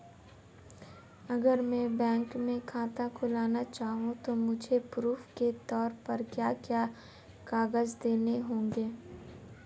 अगर मैं बैंक में खाता खुलाना चाहूं तो मुझे प्रूफ़ के तौर पर क्या क्या कागज़ देने होंगे?